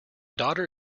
daughter